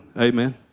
amen